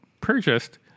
purchased